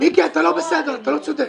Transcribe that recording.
אתה לא בסדר, אתה לא צודק.